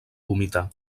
vomitar